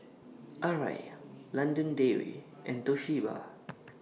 Arai London Dairy and Toshiba